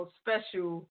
special